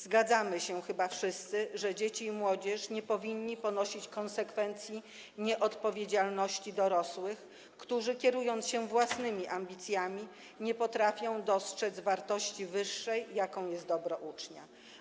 Zgadzamy się chyba wszyscy, że dzieci nie powinny ponosić, młodzież nie powinna ponosić konsekwencji nieodpowiedzialności dorosłych, którzy kierując się własnymi ambicjami, nie potrafią dostrzec wartości wyższej, jaką jest dobro ucznia.